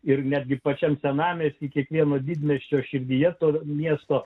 ir netgi pačiam senamiestyje kiekvieno didmiesčio širdyje to miesto